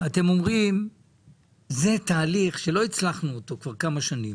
אתם אומרים שזה תהליך שלא הצלחנו לעשות אותו כבר כמה שנים